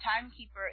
Timekeeper